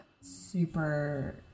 super